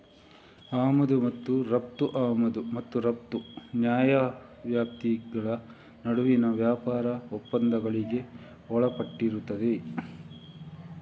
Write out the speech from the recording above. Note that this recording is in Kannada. ಆಮದು ಮತ್ತು ರಫ್ತು ಆಮದು ಮತ್ತು ರಫ್ತು ನ್ಯಾಯವ್ಯಾಪ್ತಿಗಳ ನಡುವಿನ ವ್ಯಾಪಾರ ಒಪ್ಪಂದಗಳಿಗೆ ಒಳಪಟ್ಟಿರುತ್ತದೆ